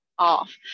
Off